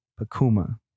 Pakuma